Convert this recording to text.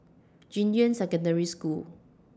Junyuan Secondary School